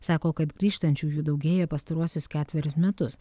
sako kad grįžtančiųjų daugėja pastaruosius ketverius metus